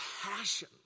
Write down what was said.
passion